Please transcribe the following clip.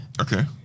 okay